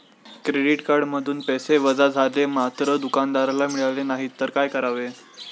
Credit कार्डमधून पैसे वजा झाले मात्र दुकानदाराला मिळाले नाहीत तर काय करावे?